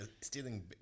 stealing